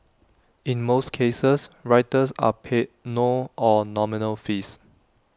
in most cases writers are paid no or nominal fees